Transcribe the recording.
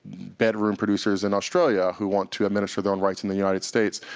bedroom producers in australia who want to administer their own rights in the united states.